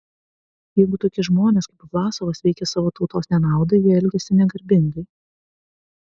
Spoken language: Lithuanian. jeigu tokie žmonės kaip vlasovas veikia savo tautos nenaudai jie elgiasi negarbingai